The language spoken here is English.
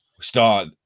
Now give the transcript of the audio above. start